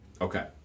Okay